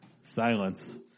Silence